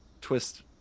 twist